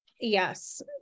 Yes